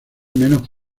menos